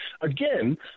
Again